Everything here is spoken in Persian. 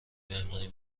مهمونی